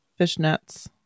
fishnets